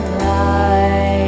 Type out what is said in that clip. light